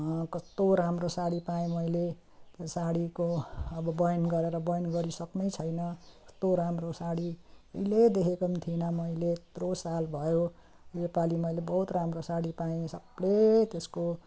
कस्तो राम्रो साडी पाएँ मैले साडीको अब बयान गरेर बयान गरिसक्नु छैन यस्तो राम्रो साडी उहिले देखेको थिइनँ मैले यत्रो साल भयो यो पालि मैले बहुत राम्रो साडी पाएँ सबले त्यसको